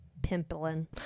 pimpling